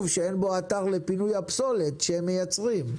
שאין בו אתר לפינוי הפסולת שהם מייצרים,